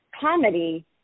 comedy